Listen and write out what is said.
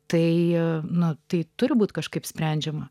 tai jie nu tai turi būti kažkaip sprendžiama